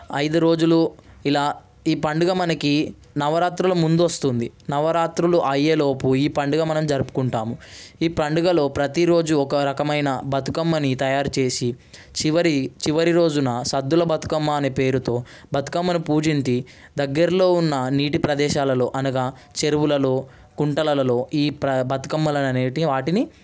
ఐదు రోజులు ఇలా ఈ పండుగ మనకి నవరాత్రుల ముందు వస్తుంది నవరాత్రులు అయ్యేలోపు ఈ పండుగ మనం జరుపుకుంటాము ఈ పండుగలో ప్రతిరోజు ఒక రకమైన బతుకమ్మని తయారుచేసి చివరి చివరి రోజున సద్దుల బతుకమ్మ అని పేరుతో బతుకమ్మను పూజించి దగ్గరలో ఉన్న నీటి ప్రదేశాలలో అనగా చెరువులలో కుంటలలో ఈ బతుకమ్మ అనేటి వాటిని